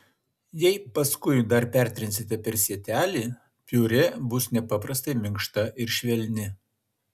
jei paskui dar pertrinsite per sietelį piurė bus nepaprastai minkšta ir švelni